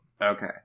Okay